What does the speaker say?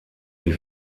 die